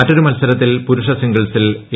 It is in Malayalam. മറ്റൊരു മത്സരത്തിൽ പുരുഷ സിംഗിൾസിൽ എ